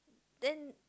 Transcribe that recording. then